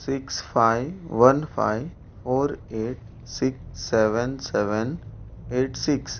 six one five four eight six seven seven eight six